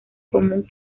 común